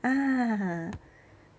ah